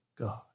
God